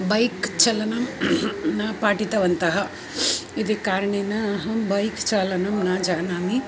bike चालनं न पाठितवन्तः इति कारणेन अहं बैक् चालनं न जानामि